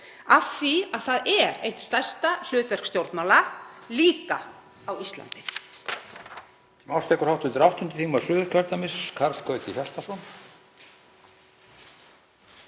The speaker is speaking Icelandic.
af því að það er eitt stærsta hlutverk stjórnmála, líka á Íslandi.